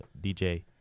DJ